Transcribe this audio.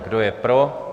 Kdo je pro?